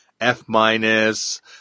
F-minus